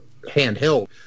handheld